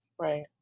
Right